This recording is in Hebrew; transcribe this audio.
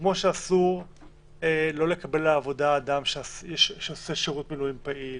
שכמו שאסור לא לקבל לעבודה אדם שעושה שירות מילואים פעיל